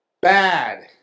bad